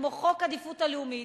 כמו חוק עדיפות לאומית,